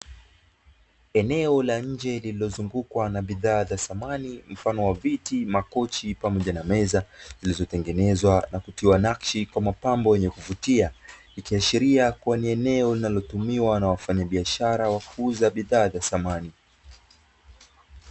Eneo la nje likizungukwa na bidhaa za samani mfano wa viti, makochi pamoja na meza; zilizotengenezwa na kutiwa nakshi kwa mapambo yenye kuvutia, ikiashiria kuwa ni eneo linalotumiwa na wafanyabiashara wa kuuza bidhaa za samani.